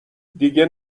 دیگه